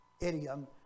idiom